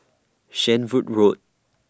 Shenvood Road